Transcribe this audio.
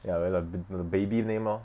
ya well like the 我的 baby name lor